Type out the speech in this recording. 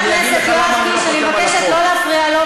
אגיד לך למה אני לא חותם על החוק.